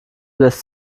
lässt